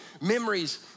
memories